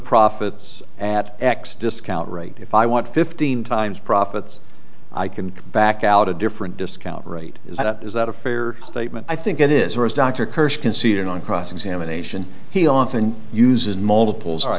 profits at x discount rate if i want fifteen times profits i can back out a different discount rate is that is that a fair statement i think it is or as dr kirshner conceded on cross examination he often uses multiples